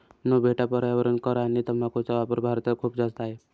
no बेटा पर्यावरण कर आणि तंबाखूचा वापर भारतात खूप आहे